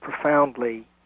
profoundly